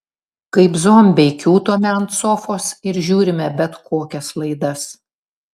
kaip zombiai kiūtome ant sofos ir žiūrime bet kokias laidas